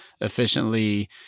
efficiently